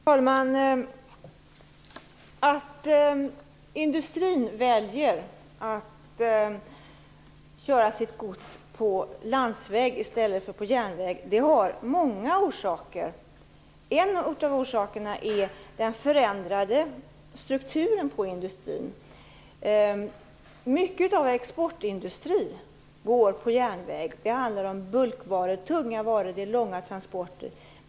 Fru talman! Att industrin väljer att köra sitt gods på landsväg i stället för på järnväg har många orsaker. En av orsakerna är den förändrade strukturen på industrin. Mycket av varorna från vår exportindustri går på järnväg. Det handlar om bulkvaror, tunga varor och långa transporter.